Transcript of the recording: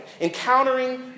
encountering